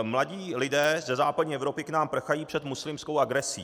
Mladí lidé ze západní Evropy k nám prchají před muslimskou agresí.